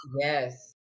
Yes